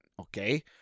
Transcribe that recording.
okay